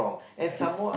correct